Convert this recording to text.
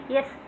Yes